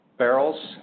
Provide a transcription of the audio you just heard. Barrels